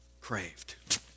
craved